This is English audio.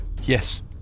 Yes